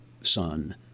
son